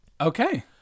Okay